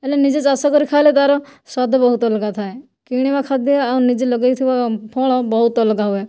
ହେଲେ ନିଜେ ଚାଷ କରି ଖାଇଲେ ତାର ସ୍ୱାଦ ବହୁତ ଅଲଗା ଥାଏ କିଣିବା ଖାଦ୍ୟ ଆଉ ନିଜେ ଲଗେଇଥିବା ଫଳ ବହୁତ ଅଲଗା ହୁଏ